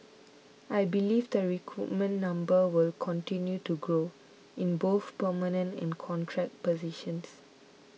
I believe the recruitment number will continue to grow in both permanent and contract positions